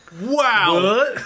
wow